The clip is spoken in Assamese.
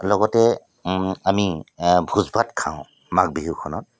লগতে আমি ভোজ ভাত খাওঁ মাঘ বিহুখনত